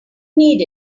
need